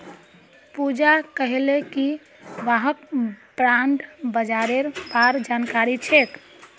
पूजा कहले कि वहाक बॉण्ड बाजारेर बार जानकारी छेक